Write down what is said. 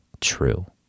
true